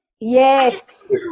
Yes